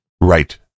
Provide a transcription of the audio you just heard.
right